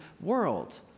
world